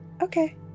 Okay